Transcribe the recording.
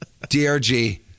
DRG